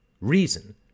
reason